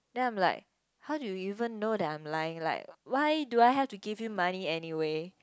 then I am like how do you even know that I am lying like why do I had to give you money anyway